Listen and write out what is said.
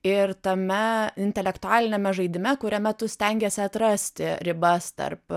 ir tame intelektualiniame žaidime kuriame tu stengiesi atrasti ribas tarp